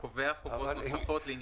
שייקבעו ברישיון ספק גז שעוסק בהובלה.